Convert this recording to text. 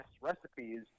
recipes